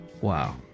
Wow